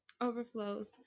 overflows